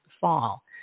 fall